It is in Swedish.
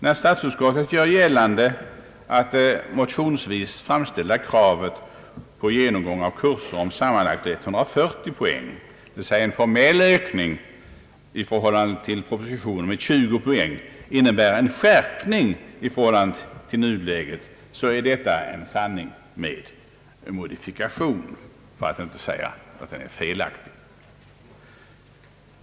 När statsutskottet gör gällande att det motionsvis framställda kravet på genomgång av kurser om sammanlagt 140 poäng, dvs. en formell ökning i förhållande till propositionen med 20 poäng, innebär en skärpning i jämförelse med nuläget, så är detta en sanning med modifikation, för att inte säga att det är ett felaktigt påstående.